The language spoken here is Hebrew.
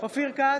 אופיר כץ,